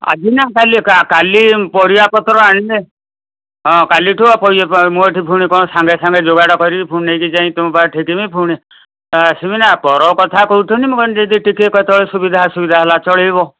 ଆଜି ନା କାଲି କାଲି ପରିବାପତ୍ର ଆଣିଲେ ହଁ କାଲିଠୁ ମୁଁ ଏଇଠି ପୁଣି କ'ଣ ସାଙ୍ଗେ ସାଙ୍ଗେ ଯୋଗାଡ଼ କରିକି ପୁଣି ନେଇକି ଯାଇ ତୁମ ପାଖରେ ଠେକିମି ପୁଣି ଆସିବି ନା ଆ ପର କଥା କହୁଥିଲି ମୁଁ କହିଲି ଯଦି ଟିକେ କେତେବେଳେ ସୁବିଧା ଅସୁବିଧା ହେଲା ଚଳାଇବ